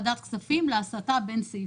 מוועדת הכספים להסטה בין סעיפים.